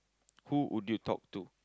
who would you talk to